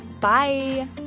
Bye